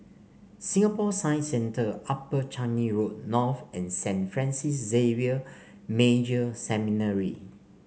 Singapore Science Centre Upper Changi Road North and Saint Francis Xavier Major Seminary